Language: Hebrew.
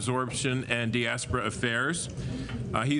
ארגון יהודי שמסייע לפליטים.